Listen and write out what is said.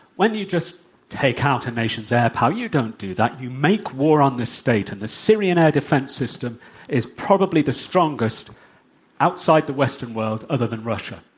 when you just take out a nation's air power, you don't do that you make war on the state, and the syrian air defense system is probably the strongest outside the western world other than russia.